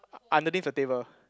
underneath the table